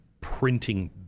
printing